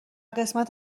قسمت